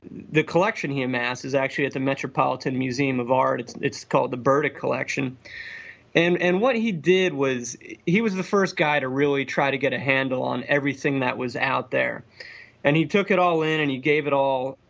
the collection he amassed is actually at the metropolitan museum of art. it's it's called the burdick collection action and and what he did was he was the first guy to really try to get a handle on everything that was out there and he took it all in and he gave it all.